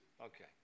Okay